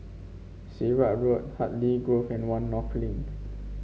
Sirat Road Hartley Grove and One North Link